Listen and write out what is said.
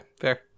fair